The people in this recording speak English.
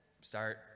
start